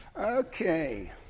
Okay